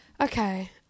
Okay